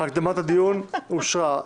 הקדמת הדיון אושרה.